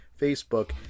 Facebook